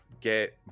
get